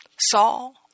Saul